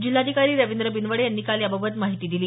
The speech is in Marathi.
जिल्हाधिकारी रवींद्र बिनवडे यांनी काल याबाबत माहिती दिली